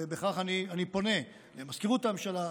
ובכך אני פונה למזכירות הממשלה,